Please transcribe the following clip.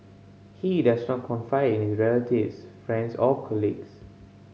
he does not confide in his relatives friends or colleagues